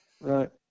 Right